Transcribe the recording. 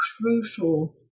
crucial